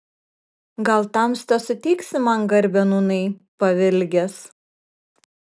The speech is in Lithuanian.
gal tamsta suteiksi man garbę nūnai pavilgęs